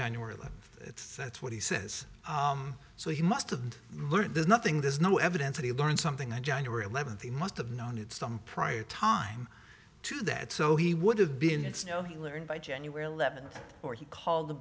january sets what he says so he must have learned there's nothing there's no evidence that he learned something and january eleventh he must have known it some prior time to that so he would have been it's no he learned by january eleventh or he called the